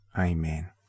Amen